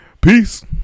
Peace